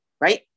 right